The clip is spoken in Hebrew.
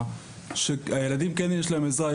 שלילדים כן יש עזרה,